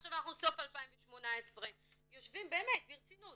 עכשיו אנחנו סוף 2018. באמת, ברצינות.